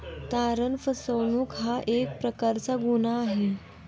तारण फसवणूक हा एक प्रकारचा गुन्हा आहे